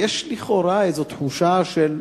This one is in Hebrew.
ויש לכאורה איזו תחושה של: